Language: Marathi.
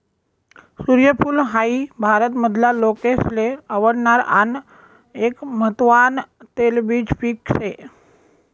सूर्यफूल हाई भारत मधला लोकेसले आवडणार आन एक महत्वान तेलबिज पिक से